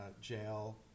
jail